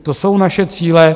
To jsou naše cíle.